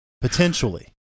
potentially